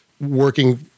working